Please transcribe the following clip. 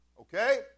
Okay